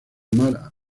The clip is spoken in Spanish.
mar